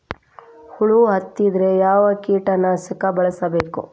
ಹುಳು ಹತ್ತಿದ್ರೆ ಯಾವ ಕೇಟನಾಶಕ ಬಳಸಬೇಕ?